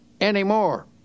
anymore